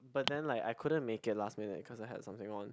but then like I couldn't make it last minute cause I had something on